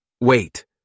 Wait